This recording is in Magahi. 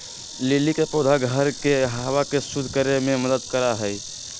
लिली के पौधा घर के हवा के शुद्ध करे में मदद करा हई